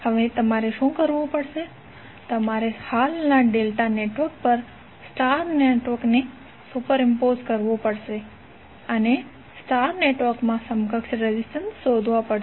હવે તમારે શું કરવુ પડશે તમારે હાલના ડેલ્ટા નેટવર્ક પર સ્ટાર નેટવર્કને સુપરિમ્પોઝ કરવું પડશે અને સ્ટાર નેટવર્કમાં સમકક્ષ રેઝિસ્ટન્સ શોધવા પડશે